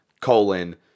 colon